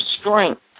strength